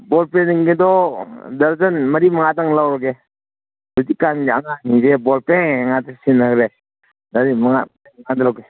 ꯕꯣꯜ ꯄꯦꯟꯁꯤꯡꯒꯤꯗꯣ ꯗꯔꯖꯟ ꯃꯔꯤ ꯃꯉꯥꯗꯪ ꯂꯧꯔꯒꯦ ꯍꯧꯖꯤꯛ ꯀꯥꯟꯒꯤ ꯑꯉꯥꯡꯁꯤꯡꯁꯦ ꯕꯣꯜ ꯄꯦꯟ ꯉꯥꯛꯇ ꯁꯤꯖꯤꯟꯅꯈ꯭ꯔꯦ ꯃꯔꯤ ꯃꯉꯥ ꯑꯗꯨ ꯂꯧꯒꯦ